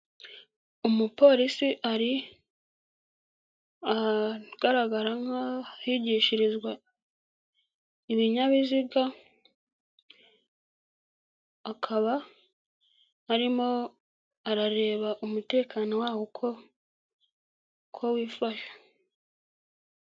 Umupolisi ari ahagaragara nkaho higishirizwa ibinyabiziga akaba arimo arareba umutekano waho uko wifashe.